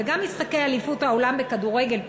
וגם משחקי אליפות העולם בכדורגל,